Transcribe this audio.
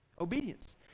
Obedience